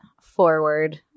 forward